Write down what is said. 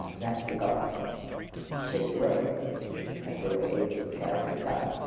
that they got straightaway and they were able to carry this out.